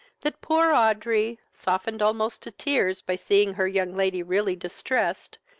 that poor audrey, softened almost to tears by seeing her young lady really distressed,